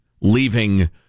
leaving